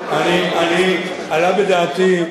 עלה בדעתי,